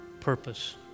purpose